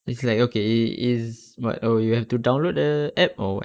it's like okay it's like oh you have to download a app or what